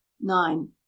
nine